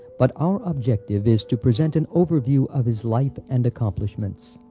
but our objective is to present an overview of his life and accomplishments.